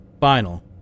Final